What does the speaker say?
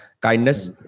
kindness